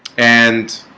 and